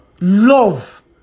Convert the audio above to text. love